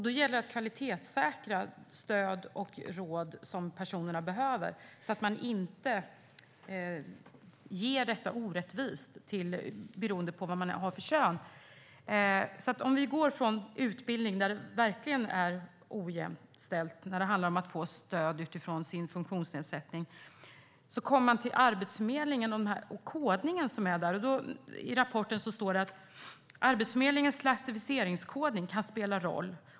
Då gäller det att kvalitetssäkra stöd och råd som personerna behöver, så att det inte ges på ett orättvist sätt beroende på vilket kön man har. Vi går nu från utbildningen, där det verkligen är ojämställt när det handlar om att få stöd utifrån sin funktionsnedsättning, till Arbetsförmedlingen och den kodning som görs där. I rapporten står det att Arbetsförmedlingens klassificeringskodning kan spela roll.